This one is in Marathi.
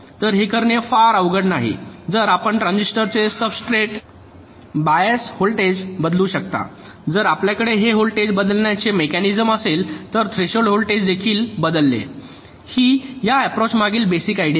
तर हे करणे फार अवघड नाही जर आपण ट्रान्झिस्टरचे सब्सट्रेट बायस व्होल्टेज बदलू शकता जर आपल्याकडे ते व्होल्टेज बदलण्याचे मेकॅनिसम असेल तर थ्रेशोल्ड व्होल्टेज देखील बदलेल ही या अप्रोच मागील बेसिक आयडिया आहे